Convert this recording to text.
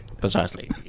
Precisely